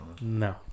No